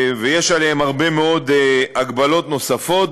ויש עליהם הרבה מאוד הגבלות נוספות.